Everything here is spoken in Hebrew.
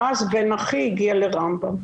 ואז בן אחי הגיע לרמב"ם.